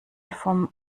vom